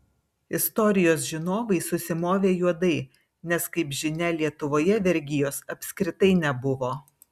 istorijos žinovai susimovė juodai nes kaip žinia lietuvoje vergijos apskritai nebuvo